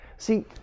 See